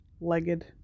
Legged